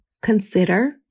consider